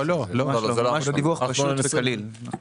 לא, הדיווח הוא פשוט וקליל.